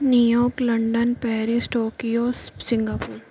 New York London Paris Tokyo Singapore